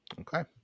Okay